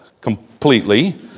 completely